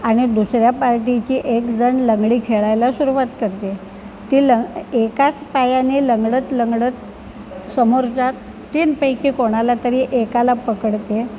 आणि दुसऱ्या पार्टीची एक जण लंगडी खेळायला सुरवात करते ती लंग एकाच पायाने लंगडत लंगडत समोरच्या तीनपैकी कोणाला तरी एकाला पकडते